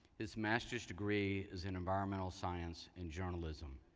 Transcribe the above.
his master's degree is in environmental science and journalism.